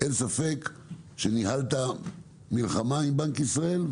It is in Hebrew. אין ספק שניהלת מלחמה עם בנק ישראל,